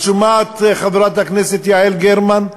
את שומעת, חברת הכנסת יעל גרמן?